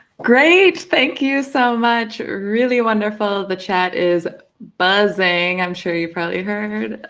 great. thank you so much. really wonderful, the chat is buzzing! i'm sure you probably heard.